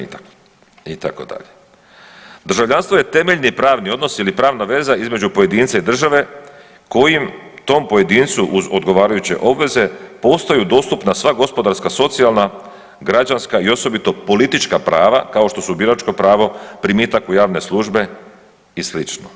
Državljanstvo je temeljni pravni odnos ili pravna veza između pojedinca i države koji tom pojedincu uz odgovarajuće obveze postaju dostupna sva gospodarstva, socijalna, građanska i osobito politička prava, kao što su biračko pravo, primitak u javne službe i sl.